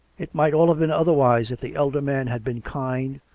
it might all have been otherwise if the elder man had been kind,